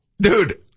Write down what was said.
dude